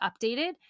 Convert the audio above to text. updated